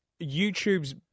YouTube's